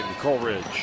Coleridge